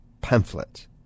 pamphlet